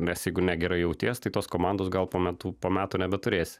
nes jeigu negerai jauties tai tos komandos gal po metų po metų nebeturėsi